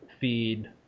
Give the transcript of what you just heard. feed